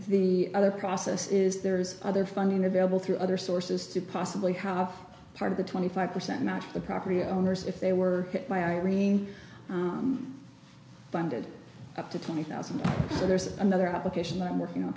the other process is there's other funding available through other sources to possibly half part of the twenty five percent match the property owners if they were hit by irene bounded up to twenty thousand or so there's another application that i'm working on